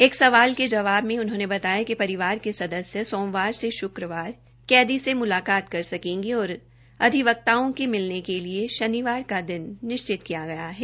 एक सवाल के जवाब में उन्होंने बताया कि परिवार के सदस्य सोमवार से श्क्रवार चार दिन ही कैदी से मुलाकात कर सकेंगे और अधिवक्ताओं के मिलने के लिए शनिवार का दिना निश्चित किया गया है